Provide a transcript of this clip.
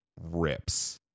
rips